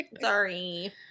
sorry